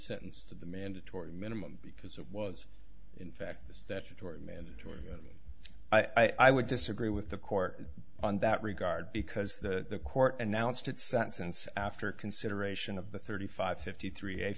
sentence to the mandatory minimum because it was in fact the statutory mandatory i would disagree with the court on that regard because the court and now instant sentence after consideration of the thirty five fifty three